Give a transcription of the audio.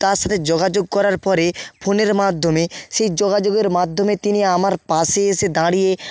তার সাথে যোগাযোগ করার পরে ফোনের মাধ্যমে সেই যোগাযোগের মাধ্যমে তিনি আমার পাশে এসে দাঁড়িয়ে